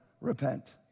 Repent